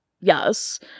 yes